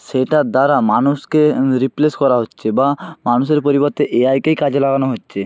সেটার দ্বারা মানুষকে রিপ্লেস করা হচ্ছে বা মানুষের পরিবর্তে এআইকেই কাজে লাগানো হচ্ছে